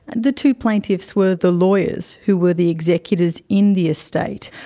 the two plaintiffs were the lawyers who were the executors in the estate.